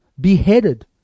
beheaded